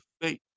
faith